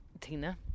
Tina